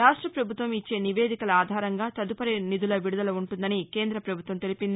రాష్ట ప్రభుత్వం ఇచ్చే నివేదికల ఆధారంగా తదుపరి నిధుల విడుదల ఉంటుందని కేంద్ర ప్రభుత్వం తెలిపింది